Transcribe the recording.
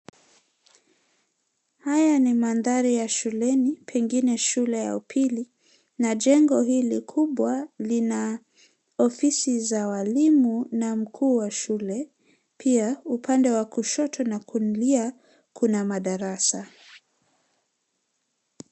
Haya ni mandhari ya shuleni pengine shule ya upili na jengo hili kubwa lina ofisi za walimu na mkuu wa shule, pia upande wa kushoto na kulia kuna madarasa.